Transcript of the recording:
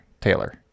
Taylor